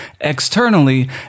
externally